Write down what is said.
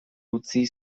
utzi